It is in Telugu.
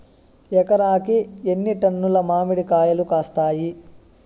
ఎకరాకి ఎన్ని టన్నులు మామిడి కాయలు కాస్తాయి?